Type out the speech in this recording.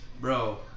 Bro